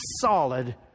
solid